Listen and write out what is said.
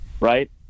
right